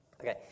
Okay